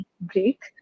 break